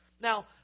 Now